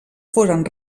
foren